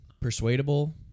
persuadable